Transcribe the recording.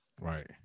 right